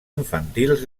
infantils